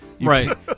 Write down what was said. Right